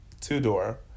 two-door